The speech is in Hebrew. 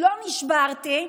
לא נשברתי,